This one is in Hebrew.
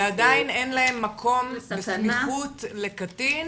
ועדיין אין להם מקום בסמיכות לקטין